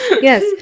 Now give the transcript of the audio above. yes